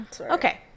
Okay